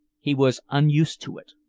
he was unused to it.